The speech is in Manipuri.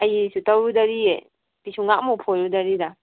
ꯑꯩꯒꯤꯁꯨ ꯇꯧꯔꯨꯗꯔꯤꯌꯦ ꯄꯤꯁꯨꯝꯒ ꯑꯃꯕꯧ ꯐꯣꯏꯔꯨꯗꯔꯤꯗ